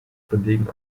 belegen